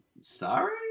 sorry